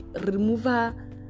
remover